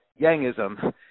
Yangism